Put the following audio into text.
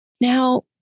Now